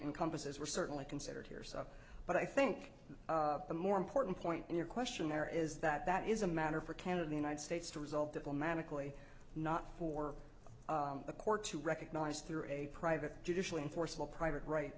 encompasses were certainly considered here stuff but i think the more important point in your questionnaire is that that is a matter for canada the united states to resolve diplomatically not for a court to recognize through a private judicial enforceable private right